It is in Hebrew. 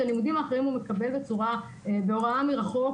הלימודים האחרים הוא מקבל בהוראה מרחוק,